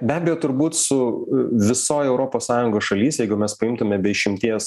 be abejo turbūt su visoje europos sąjungos šalyse jeigu mes paimtume be išimties